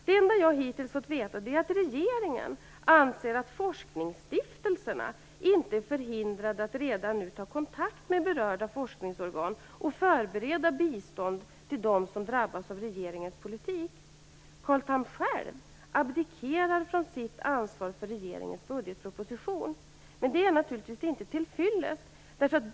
Det enda jag hittills har fått veta är att regeringen anser att forskningsstiftelserna inte är förhindrade att redan nu ta kontakt med berörda forskningsorgan och förbereda bistånd till dem som drabbas av regeringens politik. Carl Tham själv abdikerar från sitt ansvar för regeringens budgetproposition. Men det är naturligtvis inte till fyllest.